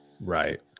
right